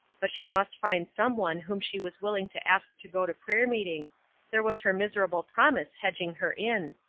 but she must find some one whom she was willing to ask to go to prayer-meeting there was her miserable promise hedging her in.